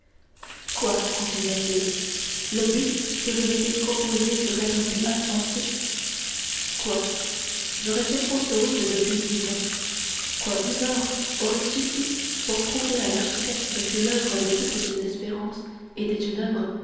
quoi continua-t-il le but que je m'étais proposé serait un but insensé quoi j'aurais fait fausse route depuis dix ans quoi une heure aurait suffi pour prouver à l'architecte que l'oeuvre de toutes ses espérances était une oeuvre